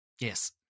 Yes